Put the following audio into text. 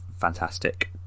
fantastic